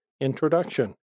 Introduction